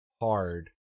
hard